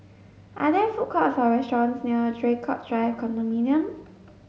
are there food courts or restaurants near Draycott Drive Condominium